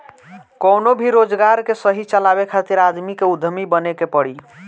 कवनो भी रोजगार के सही चलावे खातिर आदमी के उद्यमी बने के पड़ी